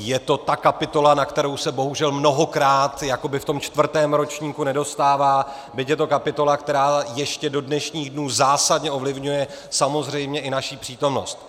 Je to ta kapitola, na kterou se bohužel mnohokrát jakoby v tom čtvrtém ročníku nedostává, byť je to kapitola, která ještě do dnešních dnů zásadně ovlivňuje samozřejmě i naši přítomnost.